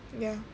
ya